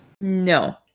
No